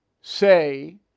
say